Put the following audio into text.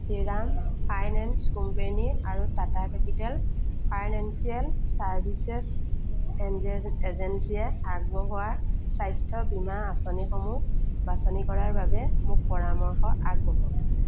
Shriram finance company আৰু Tata capital financial services এজেঞ্চিয়ে আগবঢ়োৱা স্বাস্থ্য বীমা আঁচনিসমূহ বাছনি কৰাৰ বাবে মোক পৰামৰ্শ আগবঢ়াওক